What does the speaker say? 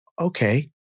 Okay